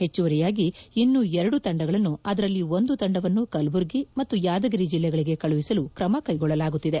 ಹೆಚ್ಚುವರಿಯಾಗಿ ಇನ್ನೂ ಎರಡು ತಂಡಗಳನ್ನು ಅದರಲ್ಲಿ ಒಂದು ತಂಡವನ್ನು ಕಲಬುರಗಿ ಮತ್ತು ಯಾದಗಿರಿ ಜಿಲ್ಲೆಗಳಿಗೆ ಕಳುಹಿಸಲು ಕ್ರಮಕ್ಷೆಗೊಳ್ಳಲಾಗುತ್ತಿದೆ